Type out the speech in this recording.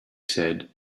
said